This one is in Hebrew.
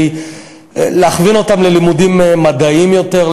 להכווין אותם ללימודים מדעיים יותר,